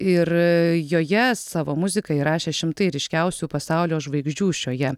ir joje savo muziką įrašė šimtai ryškiausių pasaulio žvaigždžių šioje